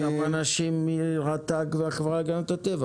יש בקרן אנשים מרט"ג ומן החברה להגנת הטבע